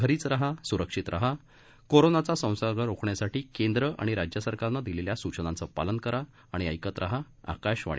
घरीच रहा सुरक्षित रहा कोरोनाचा संसर्ग रोखण्यासाठी केंद्र आणि राज्य सरकारनं दिलेल्या सूचनांचं पालन करा आणि ऐकत रहा आकाशवाणी